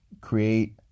create